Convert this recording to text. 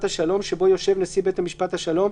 השלום שבו יושב נשיא בית משפט השלום,